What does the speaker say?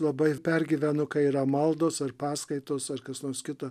labai pergyvenu kai yra maldos ar paskaitos ar kas nors kita